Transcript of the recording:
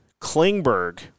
Klingberg